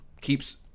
keeps